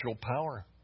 power